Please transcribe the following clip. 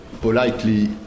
politely